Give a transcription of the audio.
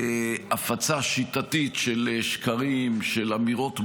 הוא הפצה שיטתית של שקרים, של אמירות בוטות,